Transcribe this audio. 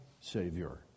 Savior